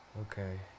Okay